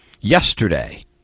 yesterday